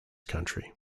country